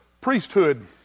priesthood